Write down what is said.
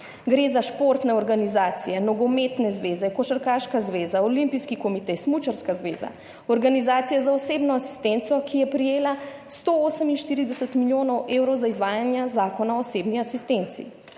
Gre za športne organizacije, Nogometne zveze, Košarkarska zveza, Olimpijski komite, Smučarska zveza, Organizacija za osebno asistenco, ki je prejela 148 milijonov evrov za izvajanje Zakona o osebni asistenci,